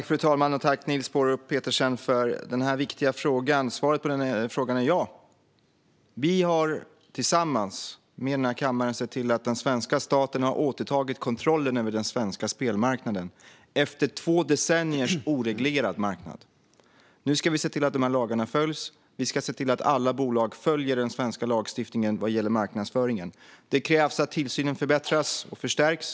Fru talman! Jag tackar Niels Paarup-Petersen för denna viktiga fråga. Svaret på frågan är ja. Vi har tillsammans med denna kammare sett till att den svenska staten har återtagit kontrollen över den svenska spelmarknaden efter två decenniers oreglerad marknad. Nu ska vi se till att dessa lagar följs. Vi ska se till att alla bolag följer den svenska lagstiftningen vad gäller marknadsföringen. Det krävs att tillsynen förbättras och förstärks.